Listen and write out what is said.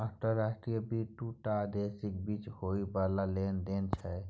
अंतर्राष्ट्रीय वित्त दू टा देशक बीच होइ बला लेन देन छै